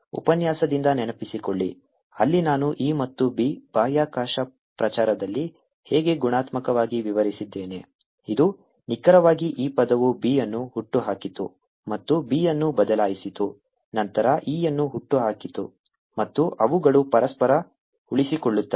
ಉಪನ್ಯಾಸದಿಂದ ನೆನಪಿಸಿಕೊಳ್ಳಿ ಅಲ್ಲಿ ನಾನು E ಮತ್ತು B ಬಾಹ್ಯಾಕಾಶ ಪ್ರಚಾರದಲ್ಲಿ ಹೇಗೆ ಗುಣಾತ್ಮಕವಾಗಿ ವಿವರಿಸಿದ್ದೇನೆ ಇದು ನಿಖರವಾಗಿ ಈ ಪದವು B ಅನ್ನು ಹುಟ್ಟುಹಾಕಿತು ಮತ್ತು B ಅನ್ನು ಬದಲಾಯಿಸಿತು ನಂತರ E ಯನ್ನು ಹುಟ್ಟುಹಾಕಿತು ಮತ್ತು ಅವುಗಳು ಪರಸ್ಪರ ಉಳಿಸಿಕೊಳ್ಳುತ್ತವೆ